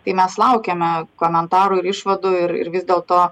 tai mes laukėme komentarų ir išvadų ir vis dėlto